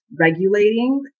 regulating